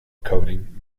coating